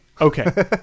okay